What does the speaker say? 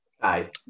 Aye